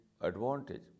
advantage